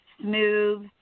smooth